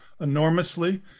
enormously